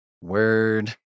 word